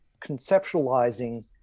conceptualizing